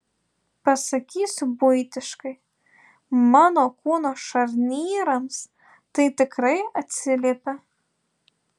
pasakysiu buitiškai mano kūno šarnyrams tai tikrai atsiliepia